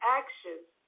actions